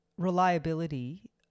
reliability